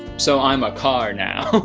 so i'm a car now.